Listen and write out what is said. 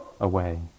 away